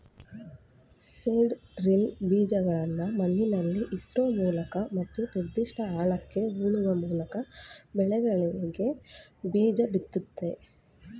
seed drill ಬೀಜಗಳ್ನ ಮಣ್ಣಲ್ಲಿಇರ್ಸೋಮೂಲಕ ಮತ್ತು ನಿರ್ದಿಷ್ಟ ಆಳಕ್ಕೆ ಹೂಳುವಮೂಲ್ಕಬೆಳೆಗಳಿಗೆಬೀಜಬಿತ್ತುತ್ತೆ